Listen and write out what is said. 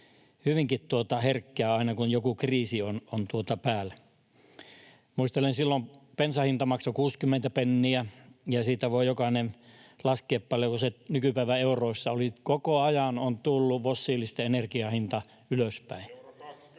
hyvinkin herkkää aina, kun joku kriisi on päällä. Muistelen, että silloin bensa maksoi 60 penniä, ja siitä voi jokainen laskea, paljonko se nykypäivän euroissa olisi. Koko ajan on tullut fossiilisten energiahinta ylöspäin.